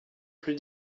plus